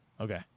Okay